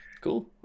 Cool